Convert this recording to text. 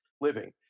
living